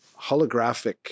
holographic